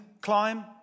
climb